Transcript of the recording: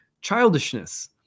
Childishness